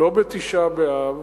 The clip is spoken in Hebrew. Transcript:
לא בתשעה באב,